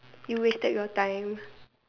you wasted your time